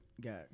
got